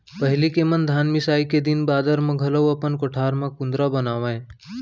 पहिली के मन धान मिसाई के दिन बादर म घलौक अपन कोठार म कुंदरा बनावयँ